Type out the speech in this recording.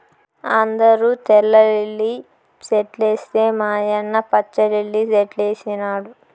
అందరూ తెల్ల లిల్లీ సెట్లేస్తే మా యన్న పచ్చ లిల్లి సెట్లేసినాడు